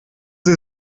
sie